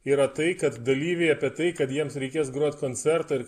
yra tai kad dalyviai apie tai kad jiems reikės grot koncertą ir